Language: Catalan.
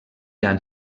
han